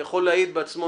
הוא יכול להעיד בעצמו,